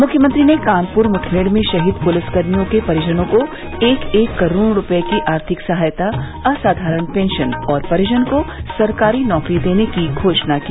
मुख्यमंत्री ने कानपूर मुठभेड़ में शहीद पुलिसकर्मियों के परिजनों को एक एक करोड़ रूपए की आर्थिक सहायता असाधारण पेंशन और परिजन को सरकारी नौकरी देने की घोषणा की